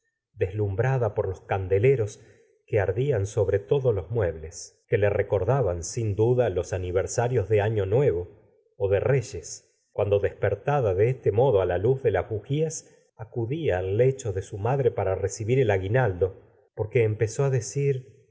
deslumbrada por los candeleros que ardían sobre todos los muebleo que le recordaban sin duda los aniversarios de año nuevo ó de reyes cuando despertada de este modo á la luz de las bujías acudía al lecho de su madre para recibir el aguinaldo porque empezó á decir